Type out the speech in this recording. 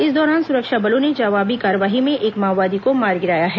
इस दौरान सुरक्षा बलों ने जवाबी कार्रवाई में एक माओवादी को मार गिराया है